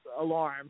alarm